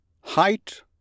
height